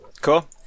Cool